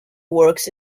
works